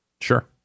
Sure